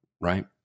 right